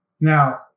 Now